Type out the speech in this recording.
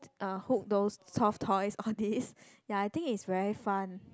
uh hook those soft toys all these ya I think is very fun